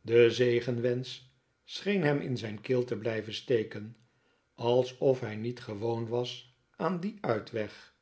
de zegenwensch scheen hem in zijn keel te blijven steken alsof hij niet gewoon was aan dien uitweg